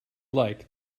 like